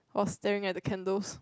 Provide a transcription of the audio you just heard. I was staring at the candles